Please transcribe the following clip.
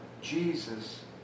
Jesus